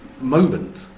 moment